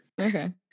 Okay